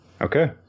Okay